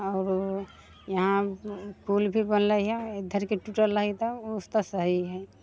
आओरो इहाँ पुल भी बनलैहँ इधरके टुटल रहै तऽ कुछ तऽ सही हय